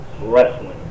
wrestling